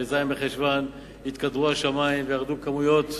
בז' בחשוון התקדרו השמים וירדו כמויות,